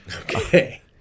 Okay